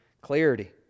clarity